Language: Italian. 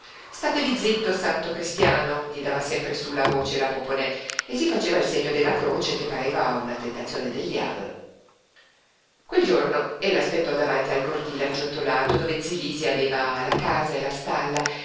statevi zitto santo cristiano gli dava sempre su la voce la poponè e si faceva il segno della croce ché le pareva una tentazione del diavolo quel giorno ella aspettò davanti al cortile acciottolato dove zi lisi aveva la casa e la stalla